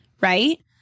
right